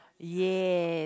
yes